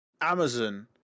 Amazon